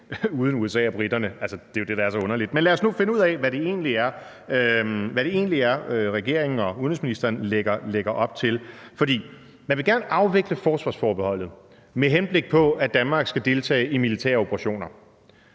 uden USA og briterne? Det er jo det, der er så underligt. Men lad os nu finde ud af, hvad det egentlig er, regeringen og udenrigsministeren lægger op til. Man vil gerne afvikle forsvarsforbeholdet, med henblik på at Danmark skal deltage i militære operationer.